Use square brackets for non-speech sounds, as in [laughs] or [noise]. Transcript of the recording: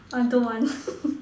I don't want [laughs]